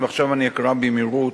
ועכשיו אני אקרא במהירות,